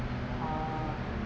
ah